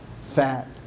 fat